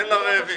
תן לרעבים.